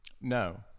No